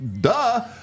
duh